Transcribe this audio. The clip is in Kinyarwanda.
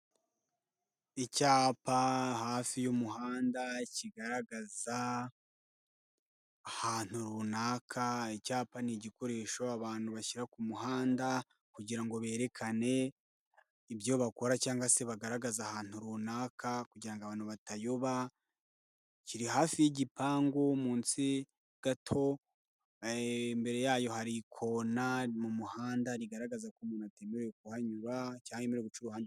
Icyapa hafi y'umuhanda kigaragaza ahantu runaka icyapa ni igikoresho abantu bashyira ku muhanda kugira ngo berekane ibyo bakora cyangwa se bagaragaze ahantu runaka kugira abantu batayoba kiri hafi y'igipangu munsi gato imbere yayo hari lkona mu muhanda rigaragaza ko umuntu atemerewe kuhanyura cyangwa guca hanze.